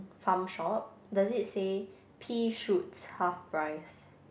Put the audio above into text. Farm Shop does it say pea shoots half price